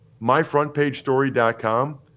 MyFrontPageStory.com